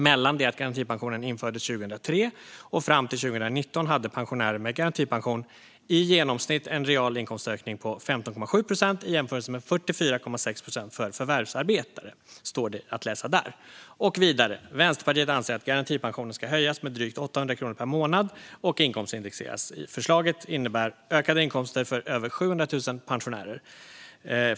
Mellan det att garantipensionen infördes 2003 och fram till 2019 hade pensionärer med garantipension i genomsnitt en real inkomstökning på 15,7 procent i jämförelse med 44,6 procent för förvärvsarbetare", står det att läsa där. Vidare står det: "Vänsterpartiet anser att garantipensionen ska höjas med drygt 800 kronor per månad och inkomstindexeras. Förslaget innebär ökade inkomster för över 700 000 pensionärer.